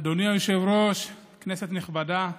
אדוני היושב-ראש, כנסת נכבדה,